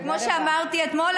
כמו שאמרתי אתמול,